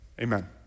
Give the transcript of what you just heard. amen